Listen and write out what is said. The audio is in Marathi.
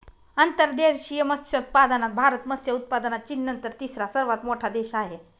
अंतर्देशीय मत्स्योत्पादनात भारत मत्स्य उत्पादनात चीननंतर तिसरा सर्वात मोठा देश आहे